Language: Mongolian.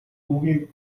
үгийг